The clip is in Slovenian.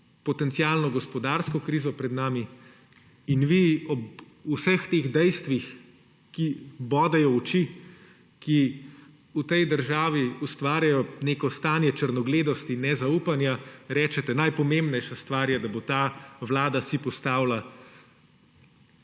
potencialno gospodarsko krizo pred sabo. In vi ob vseh teh dejstvih, ki bodejo v oči, ki v tej državi ustvarjajo neko stanje črnogledosti in nezaupanja, rečete, da je najpomembnejša stvar, da si bo ta vlada postavila pravno